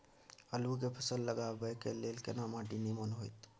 आलू के फसल लगाबय के लेल केना माटी नीमन होयत?